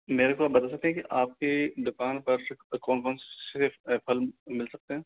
मेरे को बता सकते हैं की आपके दुकान पर कौन कौन से फल मिल सकते हैं